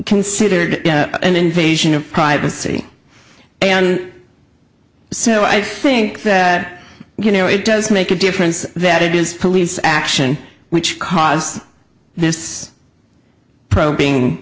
considered an invasion of privacy and so i think that you know it does make a difference that it is police action which cause this probing